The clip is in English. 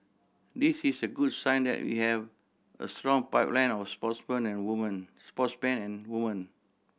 this is a good sign that we have a strong pipeline of sportsmen and women sportsmen and women